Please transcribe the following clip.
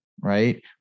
right